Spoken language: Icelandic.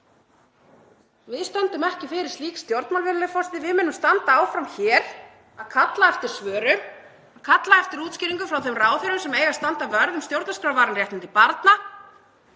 Við stöndum ekki fyrir slík stjórnmál, virðulegur forseti. Við munum standa áfram hér og kalla eftir svörum og kalla eftir útskýringum frá þeim ráðherrum sem eiga að standa vörð um stjórnarskrárvarin réttindi barna,